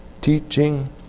Teaching